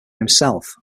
himself